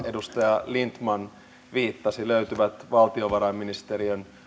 edustaja lindtman viittasi löytyvät valtiovarainministeriön